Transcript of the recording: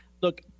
Look